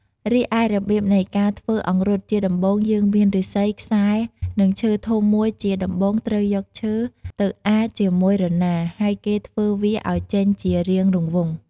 រីឯរប្រៀបនៃការធ្វើអង្រុតជាដំបូងយើងមានឫស្សីំ ខ្សែ និងឈើធំមួយជាដំបូងត្រូវយកឈើទៅអាជាមួយរណាហើយគេធ្វើវាឲ្យចេញជារាងរង្វង់។